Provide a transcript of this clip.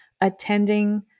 attending